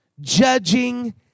judging